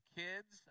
kids